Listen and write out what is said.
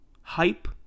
hype